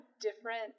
different